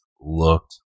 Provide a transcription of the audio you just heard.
looked